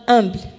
Humble